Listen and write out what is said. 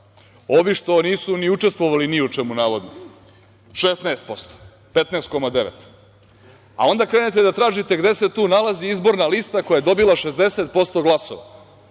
ovi što nisu ni učestvovali ni u čemu navodno 16%, 15,9%, a onda krenete da tražite gde se tu nalazi izborna lista koja je dobila 60% glasova,